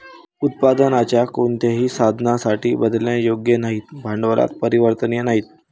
उत्पादनाच्या कोणत्याही साधनासाठी बदलण्यायोग्य नाहीत, भांडवलात परिवर्तनीय नाहीत